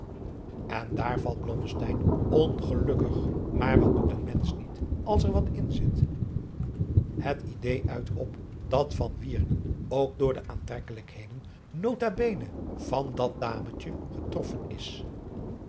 en daar vat blommesteyn ongelukkig maar wat doet een mensch niet als er wat in zit het idé uit op dat van wieringen ook door de aantrekkelijkheden nb van dat dametje getroffen is